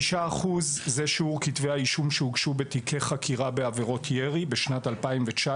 5% זה שיעור כתבי האישום שהוגשו בתיקי חקירה בעבירות ירי בשנת 2019,